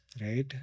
right